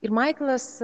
ir maiklas